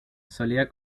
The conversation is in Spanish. solía